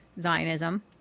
zionism